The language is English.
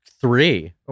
Three